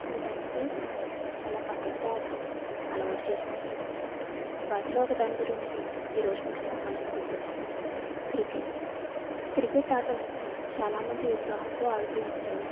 వీటి అన్నింటిని కూడా చాలా పద్ధతిగా ఆడటం అలవాటు చేసుకుంటున్నారు వాటిలో ఒక దాని గురించి ఈరోజు మీకు చెప్పాలి అనుకుంటున్నాను క్రికెట్ క్రికెట్ ఆటని చాలామంది ఉత్సాహంతో ఆడుతు ఉంటారు